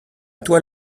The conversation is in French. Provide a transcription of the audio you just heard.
toi